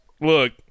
Look